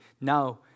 Now